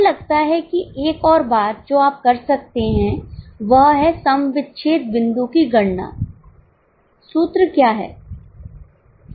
मुझे लगता है कि एक और बात जो आप कर सकते हैं वह है समविच्छेद बिंदु की गणना सूत्र क्या है